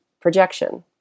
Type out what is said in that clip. projection